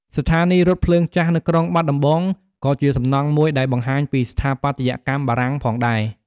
ស្ថានីយរថភ្លើងចាស់នៅក្រុងបាត់ដំបងក៏ជាសំណង់មួយដែលបង្ហាញពីស្ថាបត្យកម្មបារាំងផងដែរ។